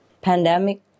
pandemic